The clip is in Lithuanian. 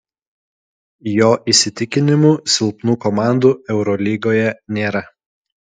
jo įsitikinimu silpnų komandų eurolygoje nėra